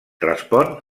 respon